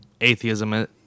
atheism